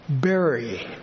Bury